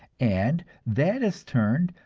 and that is turned,